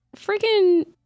freaking